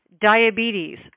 diabetes